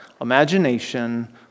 imagination